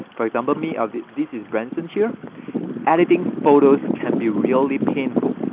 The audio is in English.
for example me out. this is branson here editing photos can be really painful,